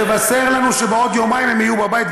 תבשר לנו שבעוד יומיים הם יהיו בבית,